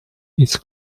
its